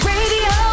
Radio